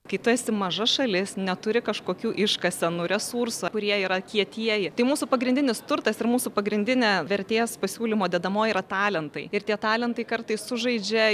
kai tu esi maža šalis neturi kažkokių iškasenų resursų kurie yra kietieji tai mūsų pagrindinis turtas ir mūsų pagrindinė vertės pasiūlymo dedamoji yra talentai ir tie talentai kartais sužaidžia